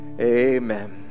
amen